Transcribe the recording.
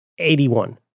81